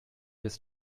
his